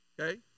okay